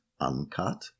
uncut